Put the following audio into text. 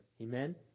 Amen